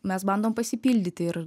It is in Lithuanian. mes bandom pasipildyti ir